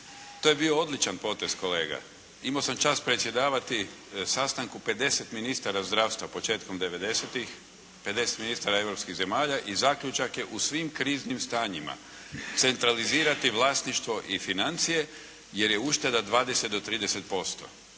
To je bio odličan potez kolega. Imao sam čast predsjedavati sastanku 50 ministara zdravstva početkom 90-tih, 50 ministara europskih zemalja i zaključak je u svim kriznim stanjima centralizirati vlasništvo i financije, jer je ušteda 20 do 30%.